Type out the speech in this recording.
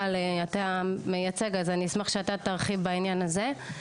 גל אתה מייצג אז אני אשמח שאתה תרחיב בעניין הזה.